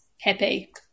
happy